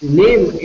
name